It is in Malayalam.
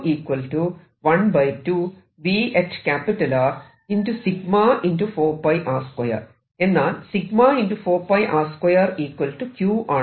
4 𝜋 r2 Q ആണല്ലോ